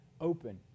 open